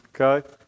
Okay